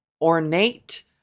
ornate